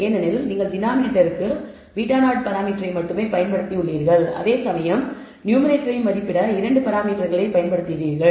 ஏனெனில் நீங்கள் டினாமினேட்டர்ற்கு β0 பராமீட்டரை மட்டுமே பயன்படுத்தியுள்ளீர்கள் அதேசமயம் நீங்கள் நியூமேரேட்டரை மதிப்பிட 2 பராமீட்டர்களைப் பயன்படுத்தினீர்கள்